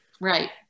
Right